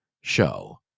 show